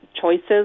choices